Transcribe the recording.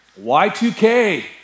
Y2K